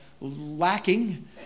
lacking